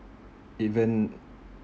even